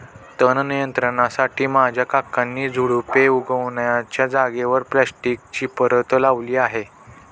तण नियंत्रणासाठी माझ्या काकांनी झुडुपे उगण्याच्या जागेवर प्लास्टिकची परत लावली आहे